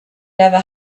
never